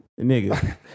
Nigga